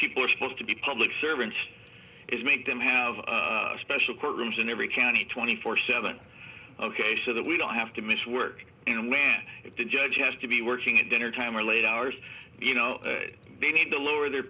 people are supposed to be public servants is make them have a special court rooms in every county twenty four seven ok so that we don't have to miss work in a man if the judge has to be working at dinnertime or late hours they need to lower their